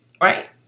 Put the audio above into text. Right